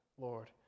Lord